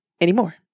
anymore